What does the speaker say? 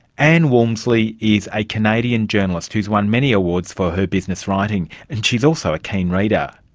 ann walmsley is a canadian journalist who has won many awards for her business writing, and she is also a keen reader.